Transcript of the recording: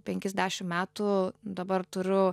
penkis dešimt metų dabar turiu